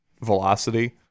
Velocity